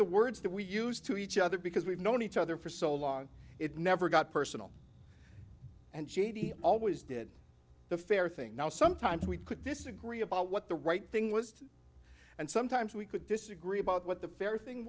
the words that we use to each other because we've known each other for so long it never got personal and she always did the fair thing now sometimes we could disagree about what the right thing was and sometimes we could disagree about what the fair thing